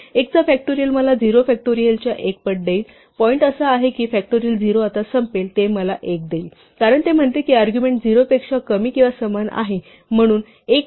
1 चा फॅक्टोरियल मला 0 फॅक्टोरियलचा 1 पट देईल आणि पॉइंट असा आहे की फॅक्टोरियल 0 आता संपेल आणि ते मला 1 देईल कारण ते म्हणते की अर्ग्युमेण्ट 0 पेक्षा कमी किंवा समान आहे म्हणून 1 परत करा